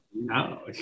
No